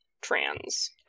trans